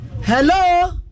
Hello